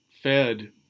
fed